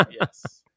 yes